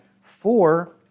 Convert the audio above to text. four